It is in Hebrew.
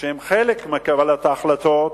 שהיא חלק מקבלת ההחלטות,